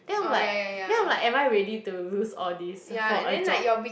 then I'm like then I'm like am I ready to lose all this for a job